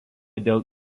dėl